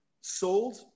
sold